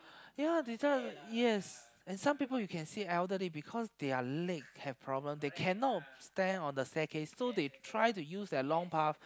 ya that time yes and some people you can see elderly because their leg have problem they cannot stand on the staircase so they try to use their long path